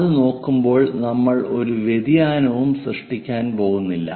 അത് നോക്കുമ്പോൾ നമ്മൾ ഒരു വ്യതിയാനവും സൃഷ്ടിക്കാൻ പോകുന്നില്ല